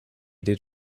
did